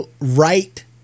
right